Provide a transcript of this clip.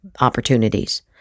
opportunities